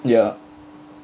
ya